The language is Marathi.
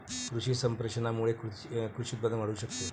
कृषी संप्रेषणामुळे कृषी उत्पादन वाढू शकते